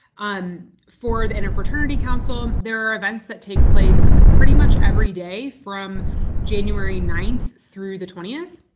um for the interfraternity council, there are events that take place pretty much every day from january ninth through the twentieth,